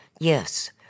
Yes